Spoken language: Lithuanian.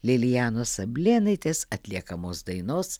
lilijanos ablėnaitės atliekamos dainos